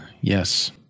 Yes